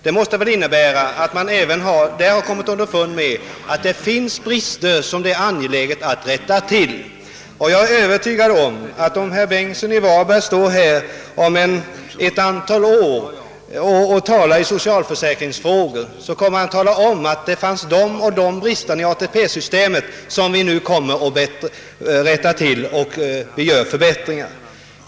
Detta måste dock betyda att man även inom hans parti kommit underfund med att det finns brister som det är angeläget att rätta till. Jag är övertygad om att om herr Bengtsson står här i talarstolen om några år och diskuterar socialförsäkringsfrågor kommer har att tala om att det konstaterats de och de bristerna i ATP-systemet som man avser att avhjälpa.